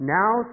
now